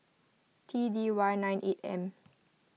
T D Y nine eight M